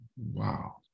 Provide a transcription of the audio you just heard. wow